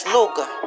Luger